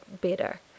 better